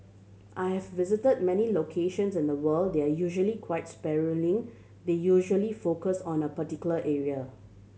I have visited many locations in the world they're usually quite sprawling they usually focused on a particular area